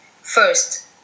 first